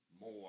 more